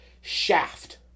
Shaft